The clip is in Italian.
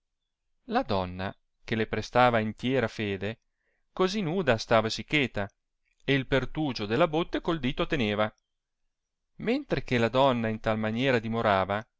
la donna che le prestava intiera fede cosi nuda stavasi cheta e il pertugio della botte col dito teneva mentre che la donna in tal maniera dimorava